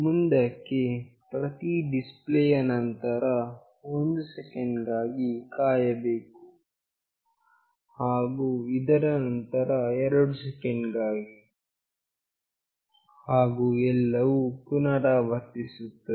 ಮುಂದಕ್ಕೆ ಪ್ರತಿ ಡಿಸ್ಪ್ಲೇ ಯ ನಂತರ 1 ಸೆಕೆಂಡ್ ಗಾಗಿ ಕಾಯಬೇಕು ಹಾಗು ಇದರ ನಂತರ 2 ಸೆಕೆಂಡ್ ಗಾಗಿ ಹಾಗು ಎಲ್ಲವೂ ಪುನರಾವರ್ತಿಸುತ್ತದೆ